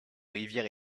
rivière